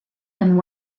and